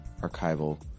archival